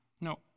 No